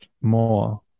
more